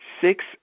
Six